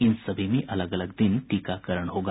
इन सभी में अलग अलग दिन टीकाकरण होगा